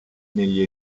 negli